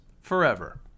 forever